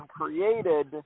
created